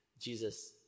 Jesus